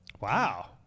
Wow